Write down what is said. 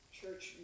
church